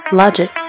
logic